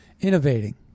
innovating